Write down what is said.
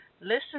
listen